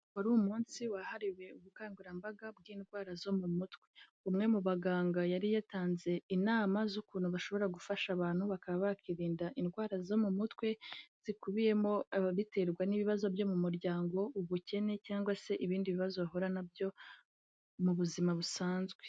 Wari umunsi wahariwe ubukangurambaga bw'indwara zo mu mutwe, umwe mu baganga yari yatanze inama z'ukuntu bashobora gufasha abantu, bakaba bakirinda indwara zo mu mutwe, zikubiyemo ababiterwa n'ibibazo byo mu muryango, ubukene, cyangwa se ibindi bibazo bahura nabyo mu buzima busanzwe.